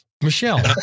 Michelle